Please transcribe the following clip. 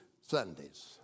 Sundays